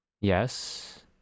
Yes